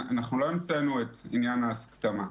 אנחנו לא המצאנו את עניין ההסכמה.